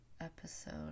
episode